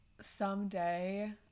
someday